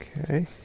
Okay